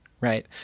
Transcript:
Right